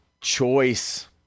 choice